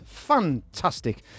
fantastic